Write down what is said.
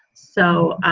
so